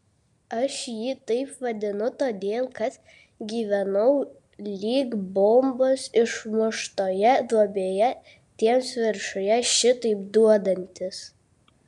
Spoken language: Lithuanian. aš jį taip vadinu todėl kad gyvenau lyg bombos išmuštoje duobėje tiems viršuje šitaip duodantis